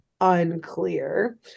unclear